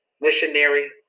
Missionary